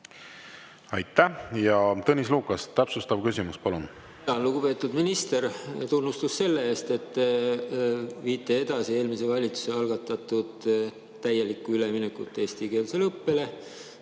Aitäh! Tõnis Lukas, täpsustav küsimus, palun! Tänan! Lugupeetud minister! Tunnustus selle eest, et te viite edasi eelmise valitsuse algatatud täielikku üleminekut eestikeelsele õppele